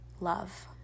love